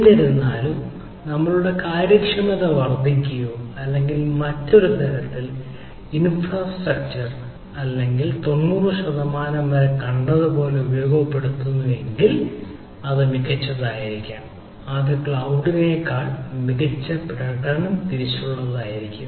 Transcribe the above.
എന്നിരുന്നാലും നിങ്ങളുടെ കാര്യക്ഷമത വർദ്ധിക്കുകയോ അല്ലെങ്കിൽ മറ്റൊരു അർത്ഥത്തിൽ നിങ്ങളുടെ ഇൻഫ്രാസ്ട്രക്ചർ അല്ലെങ്കിൽ നിങ്ങളുടെ ഇൻഫ്രാസ്ട്രക്ചർ 90 ശതമാനം വരെ കണ്ടതുപോലെ ഇത് വളരെയധികം ഉപയോഗപ്പെടുത്തുന്നുവെങ്കിൽ അത് മികച്ചതായിരിക്കാം അത് ക്ലൌഡിനേക്കാൾ മികച്ച പ്രകടനം തിരിച്ചുള്ളതായിരിക്കും